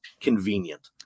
convenient